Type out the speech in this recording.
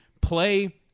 play